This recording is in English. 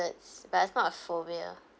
but it's not a phobia